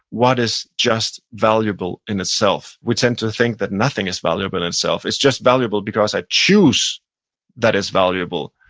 what is just valuable in itself? we tend to think that nothing is valuable in itself it's just valuable because i choose that it's valuable,